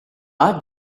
are